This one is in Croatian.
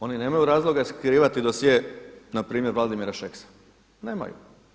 Oni nemaju razloga skrivati dosjee npr. Vladimira Šeksa, nemaju.